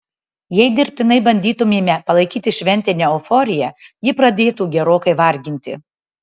jei dirbtinai bandytumėme palaikyti šventinę euforiją ji pradėtų gerokai varginti